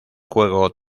juego